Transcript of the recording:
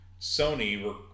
Sony